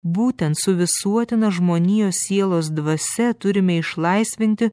būtent su visuotina žmonijos sielos dvasia turime išlaisvinti